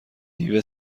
دیو